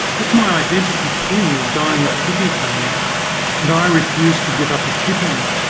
if my identical twin is dying of kidney failure and i refuse to give up a kidney,